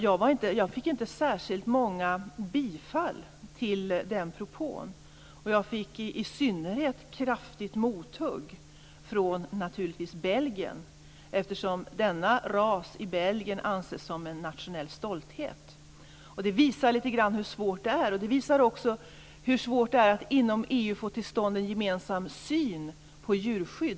Jag fick inte särskilt många bifall till den propån. Jag fick i synnerhet kraftigt mothugg från Belgien, naturligtvis, eftersom denna ras i Belgien anses som en nationell stolthet. Det visar lite grann hur svårt det här. Det visar också hur svårt det är att inom EU få till stånd en gemensam syn på djurskydd.